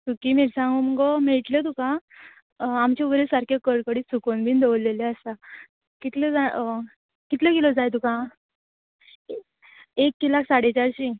सुकी मिरसांगो मुगो मेळटल्यो तुका आमच्यो बऱ्यो सारके कडकडीत सुकोवन बीन दवल्लेल्यो आसा कितल्यो जाय कितल्यो किलो जाय तुका एक किला साडे चारशी